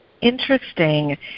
Interesting